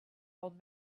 old